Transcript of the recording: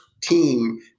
team